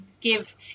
give